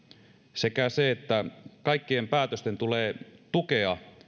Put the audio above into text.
sekä se että kaikkien päätösten tulee tukea